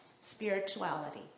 spirituality